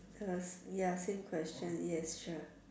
cause ya same question yes sure